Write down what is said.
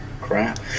crap